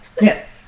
Yes